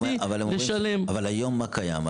אבל הם אומרים, אבל היום מה קיים?